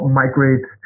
migrate